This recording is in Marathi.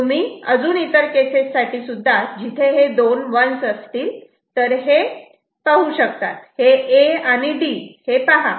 तुम्ही अजून इतर काही केस साठी जिथे हे दोन 1's असतील तर हे A आणि D पहा